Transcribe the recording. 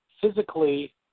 physically